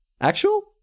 Actual